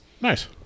Nice